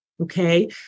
okay